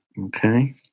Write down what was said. Okay